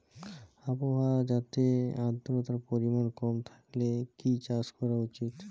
আবহাওয়াতে আদ্রতার পরিমাণ কম থাকলে কি চাষ করা উচিৎ?